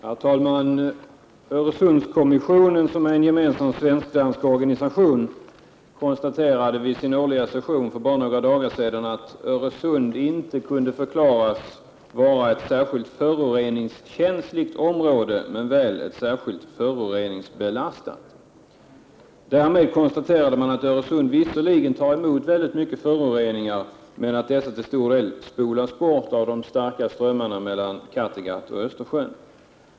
Herr talman! Öresundskommissionen, som är en gemensam svensk-dansk organisation, konstaterade vid sin årliga session för några dagar sedan att Öresund inte kunde förklaras vara ett särskilt föroreningskänsligt område men väl ett särskilt föroreningsbelastat område. Man konstaterade vidare att Öresund visserligen tar emot mycket föroreningar men att dessa till stor del spolas bort av de starka strömmarna mellan Kattegatt och Östersjön.